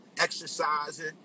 exercising